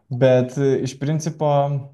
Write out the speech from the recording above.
bet iš principo